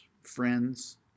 friends